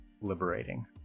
liberating